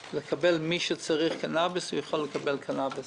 כל מי שצריך קנאביס יכול לקבל קנאביס.